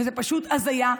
זאת פשוט הזיה.